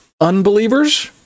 unbelievers